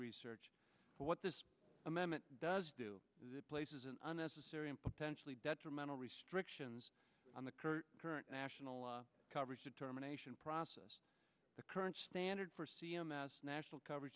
research but what this amendment does do is it places an unnecessary and potentially detrimental restrictions on the current current national coverage determination process the current standard for c m s national coverage